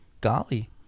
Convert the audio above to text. Golly